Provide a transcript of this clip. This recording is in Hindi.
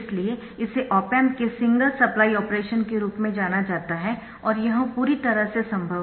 इसलिए इसे ऑप एम्प के सिंगल सप्लाई ऑपरेशन के रूप में जाना जाता है और यह पूरी तरह से संभव है